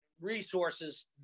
resources